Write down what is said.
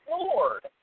Lord